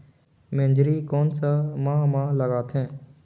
मेझरी कोन सा माह मां लगथे